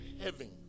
heaven